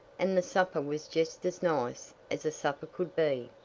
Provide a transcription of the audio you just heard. and the supper was just as nice as a supper could be.